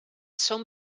són